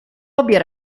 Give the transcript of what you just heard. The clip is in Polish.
obie